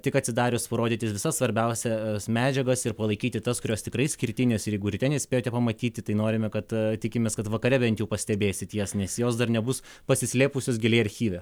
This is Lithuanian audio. tik atsidarius parodyti visas svarbiausias medžiagas ir palaikyti tas kurios tikrai išskirtinės ir jeigu ryte nespėjote pamatyti tai norime kad tikimės kad vakare bent pastebėsit jas nes jos dar nebus pasislėpusios giliai archyve